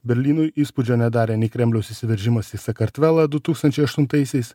berlynui įspūdžio nedarė nei kremliaus įsiveržimas į sakartvelą du tūkstančiai aštuntaisiais